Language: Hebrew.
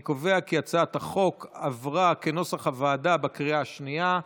אני קובע כי הצעת החוק עברה כנוסח הוועדה בקריאה השנייה.